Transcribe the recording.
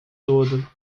todo